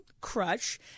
crush